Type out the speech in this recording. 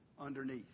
underneath